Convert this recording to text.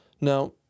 Now